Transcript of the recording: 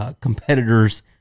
competitors